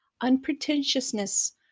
unpretentiousness